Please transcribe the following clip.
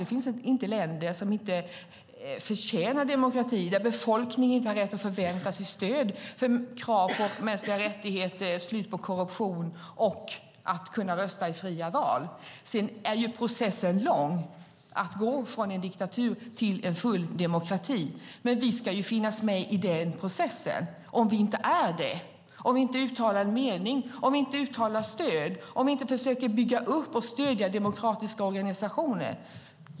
Det finns inte länder som inte förtjänar demokrati, där befolkningen inte har rätt att förvänta sig stöd för krav på mänskliga rättigheter, slut på korruption och att kunna rösta i fria val. Det är en lång process att gå från en diktatur till en full demokrati. Men vi ska finnas med i den processen. Vad innebär det om vi inte är det, om vi inte uttalar vår mening, om vi inte uttalar stöd, om vi inte försöker bygga upp och stödja demokratiska organisationer?